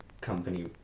company